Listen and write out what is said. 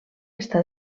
està